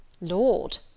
Lord